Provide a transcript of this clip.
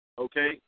Okay